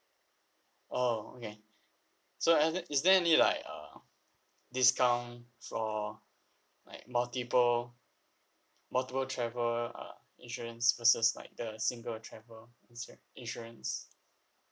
oh okay so are there is there any like uh discount for like multiple multiple travel uh insurance versus like the single travel insura~ insurance